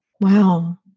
Wow